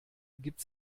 gibt